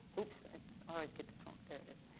oops, i always get this wrong, there it is.